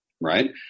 right